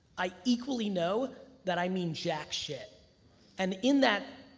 i equally know that i mean jack shit and in that,